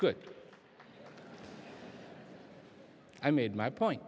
good i made my point